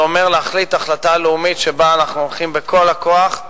זה אומר להחליט החלטה לאומית שבה אנחנו הולכים בכל הכוח,